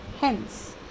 Hence